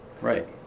Right